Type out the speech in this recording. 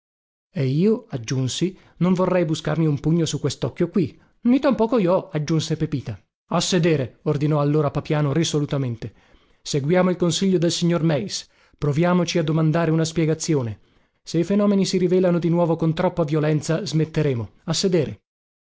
e io aggiunsi non vorrei buscarmi un pugno su questocchio qui ni tampoco ió aggiunse pepita a sedere ordinò allora papiano risolutamente seguiamo il consiglio del signor meis proviamoci a domandare una spiegazione se i fenomeni si rivelano di nuovo con troppa violenza smetteremo a sedere